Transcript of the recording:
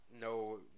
no